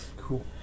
Cool